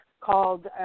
called